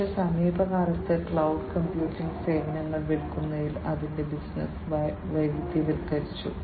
പക്ഷേ സമീപകാലത്ത് cloud computing സേവനങ്ങൾ വിൽക്കുന്നതിലേക്ക് അതിന്റെ ബിസിനസ്സ് വൈവിധ്യവൽക്കരിച്ചു